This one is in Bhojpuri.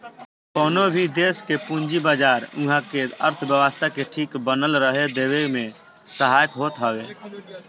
कवनो भी देस के पूंजी बाजार उहा के अर्थव्यवस्था के ठीक बनल रहे देवे में सहायक होत हवे